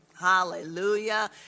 Hallelujah